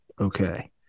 okay